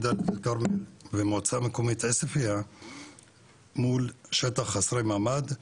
דאלית אל כרמל למועצה המקומית עוספיה מול שטח חסר מעמד.